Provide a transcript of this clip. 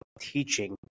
teaching